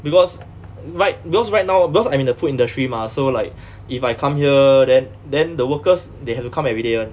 because right because right now because I'm in the food industry mah so like if I come here then then the workers they have to come everyday [one]